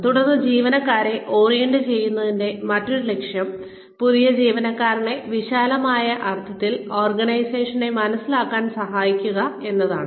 തുടർന്ന് ജീവനക്കാരെ ഓറിയന്റുചെയ്യുന്നതിന്റെ മറ്റൊരു ലക്ഷ്യം പുതിയ ജീവനക്കാരനെ വിശാലമായ അർത്ഥത്തിൽ ഓർഗനൈസേഷനെ മനസ്സിലാക്കാൻ സഹായിക്കുക എന്നതാണ്